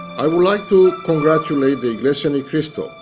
i would like to congratulate the iglesia ni cristo.